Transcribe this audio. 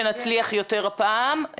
שמחתי מאוד לשמוע את הדברים מטלי,